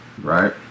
right